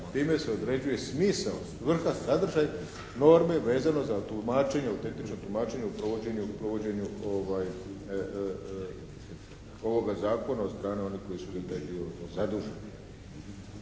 time se određuje smisao, svrha, sadržaj norme vezano za tumačenje, autentično tumačenje u provođenju ovoga zakona od strane onih koji su za taj dio zaduženi.